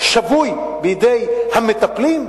שבוי בידי המטפלים,